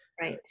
Right